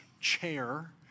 chair